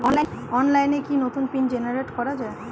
অনলাইনে কি নতুন পিন জেনারেট করা যায়?